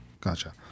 Gotcha